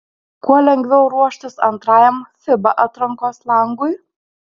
kuo lengviau ruoštis antrajam fiba atrankos langui